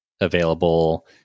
available